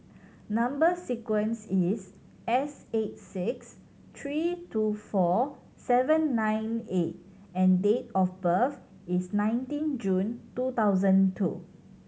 number sequence is S eight six three two four seven nine A and date of birth is nineteen June two thousand two